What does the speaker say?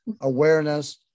awareness